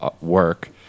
work